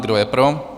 Kdo je pro?